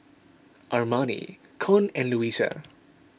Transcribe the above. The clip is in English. Armani Con and Luisa